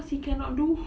cause he cannot do